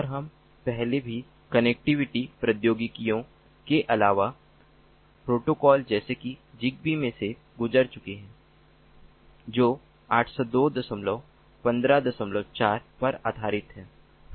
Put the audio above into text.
और हम पहले भी कनेक्टिविटी प्रौद्योगिकियों के अलग अलग प्रोटोकॉल जैसे कि zigbee में से गुजर चुके हैं जो 802154 पर आधारित है